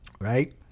Right